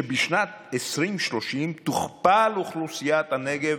שבשנת 2030 תוכפל אוכלוסיית הנגב,